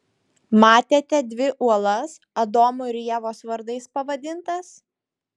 matėte dvi uolas adomo ir ievos vardais pavadintas